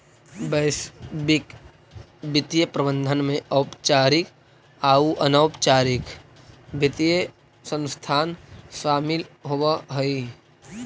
वैश्विक वित्तीय प्रबंधन में औपचारिक आउ अनौपचारिक वित्तीय संस्थान शामिल होवऽ हई